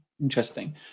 interesting